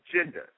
agenda